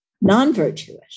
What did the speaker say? non-virtuous